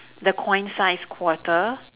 the coin sized quarter